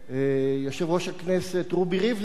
יושב-ראש הכנסת רובי ריבלין,